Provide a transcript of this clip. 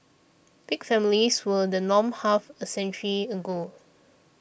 big families were the norm half a century ago